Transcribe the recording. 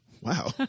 wow